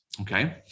Okay